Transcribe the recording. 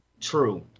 True